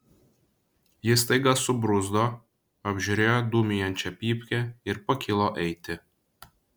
jis staiga subruzdo apžiūrėjo dūmijančią pypkę ir pakilo eiti